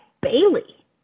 Bailey